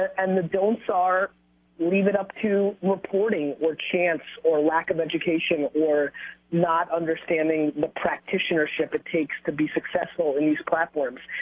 and the don'ts are leave it up to reporting, or chance, or lack of education, or not understanding the practitionership it takes to be successful. these platforms,